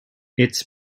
its